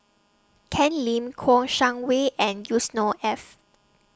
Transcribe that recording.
Ken Lim Kouo Shang Wei and Yusnor Ef